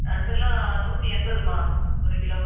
நண்டுலாம் நூற்றி எண்பதும்மா ஒரு கிலோ